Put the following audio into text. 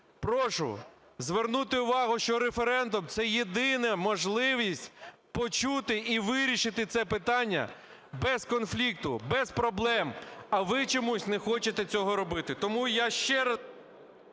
Прошу звернути увагу, що референдум – це єдина можливість почути і вирішити це питання без конфлікту, без проблем, а ви чомусь не хочете цього робити. Тому я ще…